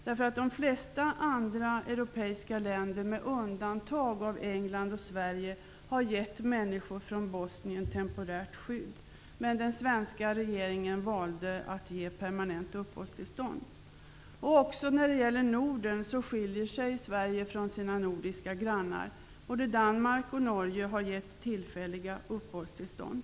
De flesta andra europeiska länder, med undantag av England och Sverige, har gett människor från Bosnien temporärt skydd. Men den svenska regeringen valde att ge permanent uppehållstillstånd. Också när det gäller Norden skiljer sig Sverige från de nordiska grannarna. Både Danmark och Norge har gett tillfälliga uppehållstillstånd.